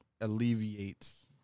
alleviates